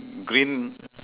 green